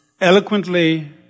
eloquently